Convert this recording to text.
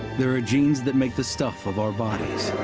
there are genes that make the stuff of our bodies,